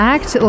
Act